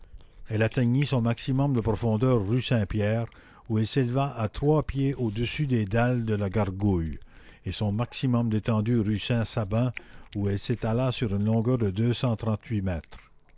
elle atteignit son maximum de profondeur rue saint-pierre où elle s'éleva à trois pieds au-dessus des dalles de la gargouille et son maximum d'étendue rue saint sabin où elle s'étala sur une longueur de deux cent trente-huit mètres